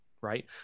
right